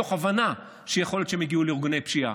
מתוך הבנה שיכול להיות שהם הגיעו לארגוני פשיעה.